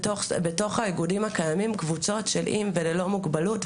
באיגודים הקיימים קבוצות עם מוגבלות וללא מוגבלות,